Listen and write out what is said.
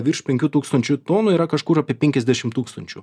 virš penkių tūkstančių tonų yra kažkur apie penkiasdešim tūkstančių